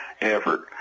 effort